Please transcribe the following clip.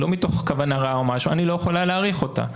לא מתוך כוונה רעה: אני לא יכולה להאריך אותה.